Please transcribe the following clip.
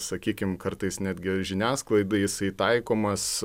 sakykim kartais netgi žiniasklaidai jisai taikomas